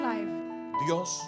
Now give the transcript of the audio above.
Dios